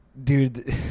Dude